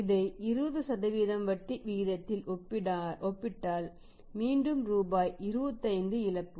இதை 20 வட்டி வீதத்தில் ஒப்பிட்டால் மீண்டும் ரூபாய் 25 இழப்பு